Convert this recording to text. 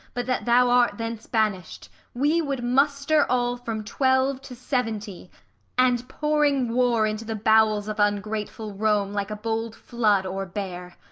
but that thou art thence banish'd, we would muster all from twelve to seventy and, pouring war into the bowels of ungrateful rome, like a bold flood o'erbear.